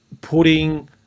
putting